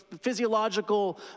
physiological